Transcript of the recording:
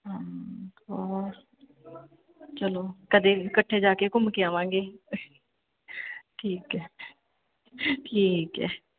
ਹੋਰ ਚਲੋ ਕਦੇ ਇਕੱਠੇ ਜਾ ਕੇ ਘੁੰਮ ਕੇ ਆਵਾਂਗੇ ਠੀਕ ਹੈ ਠੀਕ ਹੈ